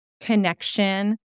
connection